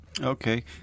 Okay